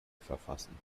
verfassen